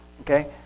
Okay